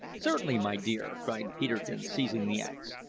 certainly, my dear, cried peterkin, seizing the axe.